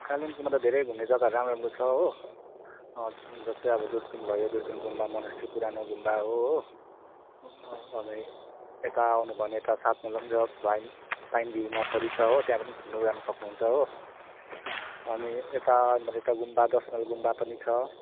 कालिम्पोङमा त धेरै घुम्ने जग्गाहरू राम्रो राम्रो छ हो जस्तै अब दुर्बिन भयो दुर्बिन गुम्बा मोनेस्ट्री पुरानो गुम्बा हो हो अनि यता आउनुभयो भने यता सात माइलमा पनि छ पाइन पाइन भ्यू नर्सरी छ हो त्यहाँ पनि घुम्नु सक्नुहुन्छ हो अनि यता अनि यता गुम्बा दस माइल गुम्बा पनि छ